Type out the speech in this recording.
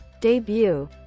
debut